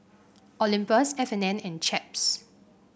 Olympus F and N and Chaps